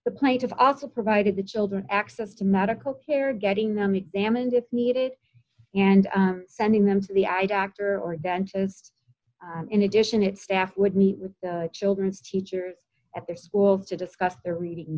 the plight of also provided the children access to medical care getting them examined if needed and sending them to the eye doctor or dentist in addition it staff would meet with the children's teachers at their schools to discuss their reading